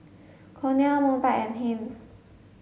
Cornell Mobike and Heinz